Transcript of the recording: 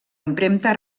impremta